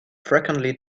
frequently